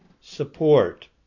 support